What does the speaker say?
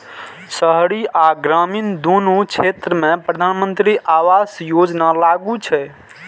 शहरी आ ग्रामीण, दुनू क्षेत्र मे प्रधानमंत्री आवास योजना लागू छै